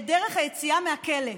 את דרך היציאה מהכלא.